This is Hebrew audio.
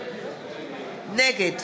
נגד